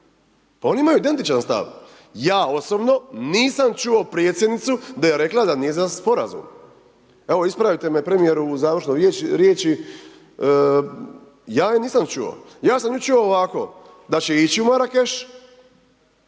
pa oni imaju identičan stav. Ja osobno nisam čuo Predsjednicu da je rekla da nije za Sporazum, evo ispravite me Premijeru u završnoj riječi, ja je nisam čuo. Ja sam nju čuo ovako da će ići u Marakeš,